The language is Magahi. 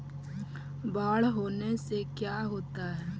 बाढ़ होने से का क्या होता है?